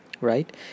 right